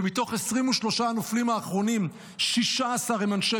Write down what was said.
ומתוך 23 הנופלים האחרונים 16 הם אנשי